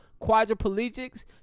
quadriplegics